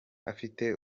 afite